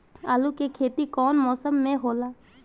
आलू के खेती कउन मौसम में होला?